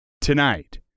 tonight